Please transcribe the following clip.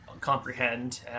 comprehend